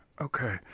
okay